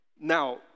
Now